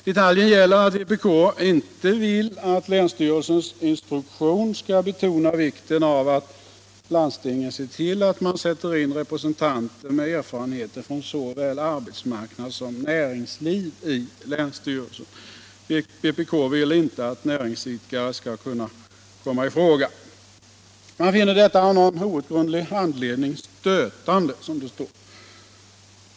Detaljen gäller att vpk inte vill att länsstyrelseinstruktionen skall betona vikten av att landstingen i länsstyrelserna sätter in representanter med erfarenhet från såväl arbetsmarknad som näringsliv — vpk vill inte att näringsidkare skall kunna komma i fråga. Man finner detta av någon outgrundlig anledning ”stötande”, som det står i motionen.